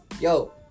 yo